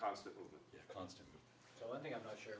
constantly constantly so i think i'm not sure